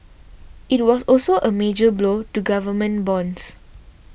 it was also a major blow to government bonds